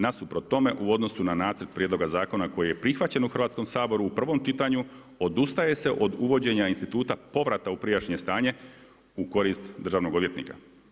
Nasuprot tome, u odnosu na način prijedloga zakona koji je prihvaćen u Hrvatskom saboru u prvom čitanju, odustaje se od uvođenje instituta povrata u prijašnje stanje u korist državnog odvjetnika.